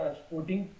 sporting